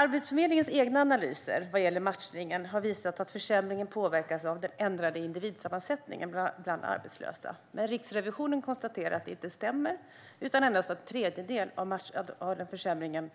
Arbetsförmedlingens egna analyser vad gäller matchningen har visat att försämringen påverkas av den ändrade individsammansättningen bland arbetslösa. Men Riksrevisionen konstaterar att det inte stämmer utan att endast en tredjedel av försämringen